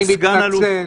אני מתנצל.